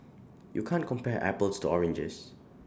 you can't compare apples to oranges